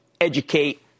educate